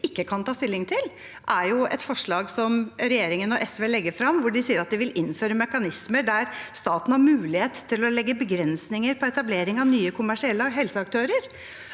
ikke kan ta stilling til, er et forslag som regjeringen og SV legger frem, hvor de sier at de vil innføre «mekanismer der staten har mulighet til å legge begrensninger på etablering av nye kommersielle helseaktører».